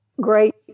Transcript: great